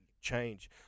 change